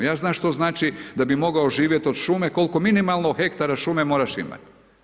Ja znam što znači da bi mogao živjeti od šume, koliko minimalno hektara šume moraš imat.